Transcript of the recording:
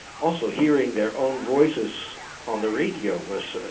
aso hearing their own voices on the radio was, ah